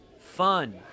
Fun